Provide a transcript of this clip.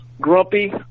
Grumpy